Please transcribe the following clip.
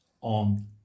on